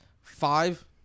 five